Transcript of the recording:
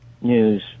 news